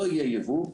לא יהיה יבוא,